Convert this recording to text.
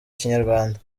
kinyarwanda